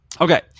Okay